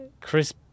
Chris